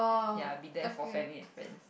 ya be there for familiar different